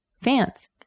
fans